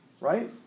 right